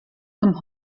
zum